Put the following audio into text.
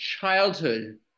childhood